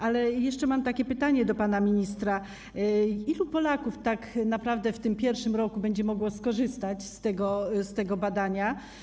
Ale jeszcze mam takie pytanie do pana ministra: Ilu Polaków tak naprawdę w tym 1. roku będzie mogło skorzystać z tego badania?